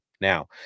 Now